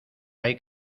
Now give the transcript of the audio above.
hay